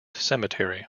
cemetery